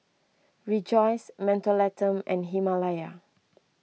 Rejoice Mentholatum and Himalaya